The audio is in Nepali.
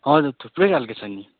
हजुर थुप्रै खालके छ नि